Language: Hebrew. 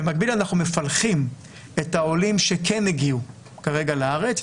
במקביל אנחנו מפלחים את העולים שכן הגיעו כרגע לארץ,